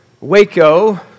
Waco